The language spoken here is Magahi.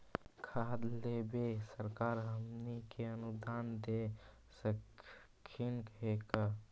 खाद लेबे सरकार हमनी के अनुदान दे सकखिन हे का?